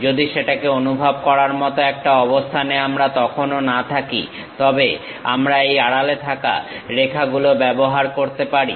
যদি সেটাকে অনুভব করার মত একটা অবস্থানে আমরা তখনও না থাকি তবে আমরা এই আড়ালে থাকা রেখাগুলো ব্যবহার করতে পারি